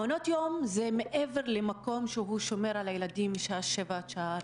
מעונות יום הם מעבר למקום ששומר על הילדים משעה שבע עד שעה ארבע,